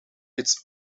its